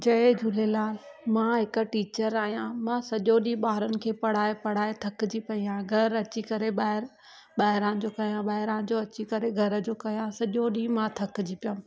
जय झूलेलाल मां हिकु टीचर आहियां मां सॼो ॾींहुं ॿारनि खे पढ़ाए पढ़ाए थकिजी पई आहियां घर अची करे ॿाहिरि ॿाहिरां जो कयां ॿाहिरां जो अची करे घर जो कयां सॼो ॾींहुं मां थकिजी पियमि